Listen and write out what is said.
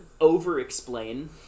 over-explain